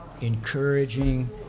encouraging